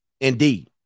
Indeed